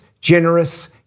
generous